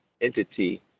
entity